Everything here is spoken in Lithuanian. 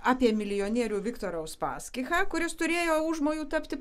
apie milijonierių viktorą uspaskichą kuris turėjo užmojų tapti